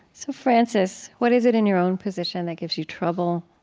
so frances, what is it in your own position that gives you trouble?